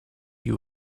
you